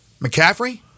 McCaffrey